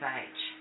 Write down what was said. age